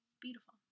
Beautiful